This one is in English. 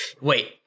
Wait